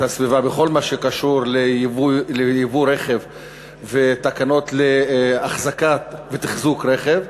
הסביבה בכל מה שקשור לייבוא רכב ותקנות לאחזקה ותחזוק רכב.